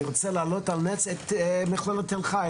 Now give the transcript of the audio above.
אני רוצה להעלות על נס את מכללת תל חי,